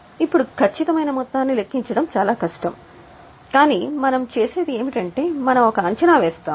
ఇప్పుడు ఖచ్చితమైన మొత్తాన్ని లెక్కించడం చాలా కష్టం కాని మనం చేసేది ఏమిటంటే మనము ఒక అంచనా వేస్తాము